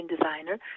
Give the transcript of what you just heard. designer